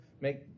make